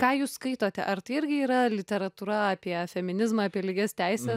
ką jūs skaitote ar tai irgi yra literatūra apie feminizmą apie lygias teises